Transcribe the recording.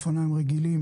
אופניים רגילים